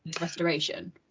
restoration